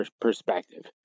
perspective